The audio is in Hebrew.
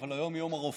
אבל היום הוא יום הרופא